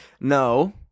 No